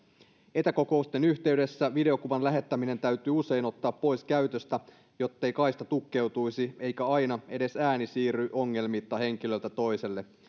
etäkokousten yhteydessä videokuvan lähettäminen täytyy usein ottaa pois käytöstä jottei kaista tukkeutuisi eikä aina edes ääni siirry ongelmitta henkilöltä toiselle